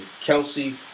Kelsey